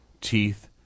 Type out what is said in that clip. teeth